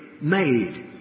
made